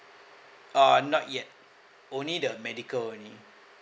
uh not yet only the medical only